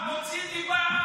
מוציא דיבה.